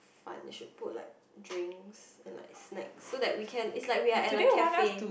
fun they should put like drinks and like snacks so that we can its like we are at a cafe